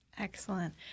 Excellent